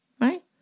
right